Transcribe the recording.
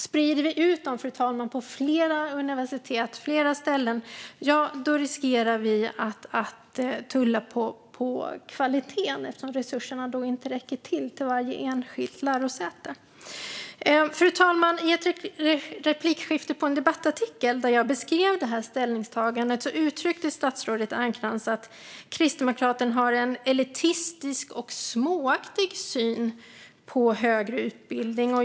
Sprider vi ut dem på flera universitet, flera ställen, riskerar vi att tulla på kvaliteten eftersom resurserna då inte räcker till varje enskilt lärosäte. Fru talman! I ett replikskifte efter en debattartikel där jag beskrev det här ställningstagandet uttryckte statsrådet Ernkrans att Kristdemokraterna har en elitistisk och småaktig syn på högre utbildning.